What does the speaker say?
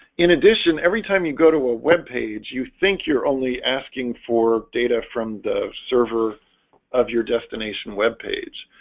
in addition every time you go to a web page you think you're only asking for data from the server of your destination web page,